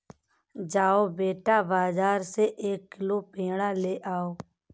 जाओ बेटा, बाजार से एक किलो पेड़ा ले आओ